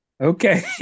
Okay